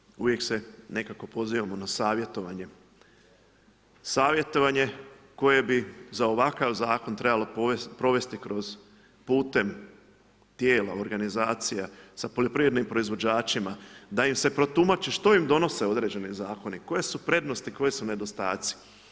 Naravno da, uvijek se nekako pozivamo na savjetovanje, savjetovanje koje bi za ovakav zakon trebalo provesti putem tijela organizacija sa poljoprivrednim proizvođačima da im se protumači što im donose određeni zakoni, koje su prednosti, koji su nedostaci.